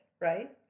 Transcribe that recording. right